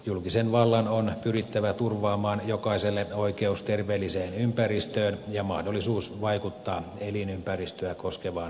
julkisen vallan on pyrittävä turvaamaan jokaiselle oikeus terveelliseen ympäristöön ja mahdollisuus vaikuttaa elinympäristöä koskevaan päätöksentekoon